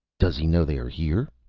does he know they are here?